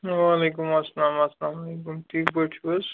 وعلیکم اسلام اسلامُ علیکم ٹھیٖک پٲتھۍ چھو حظ